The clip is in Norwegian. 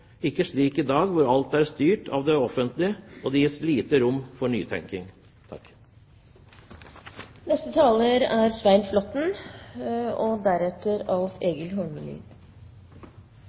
ikke slik som i dag, hvor alt er styrt av det offentlige og det gis lite rom for nytenkning. Det er alltid interessant og